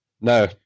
no